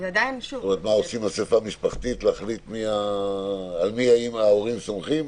עושים אסיפה משפחתית להחליט על מי ההורים סומכים?